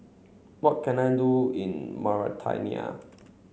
what can I do in Mauritania